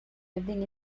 living